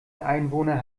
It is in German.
einwohner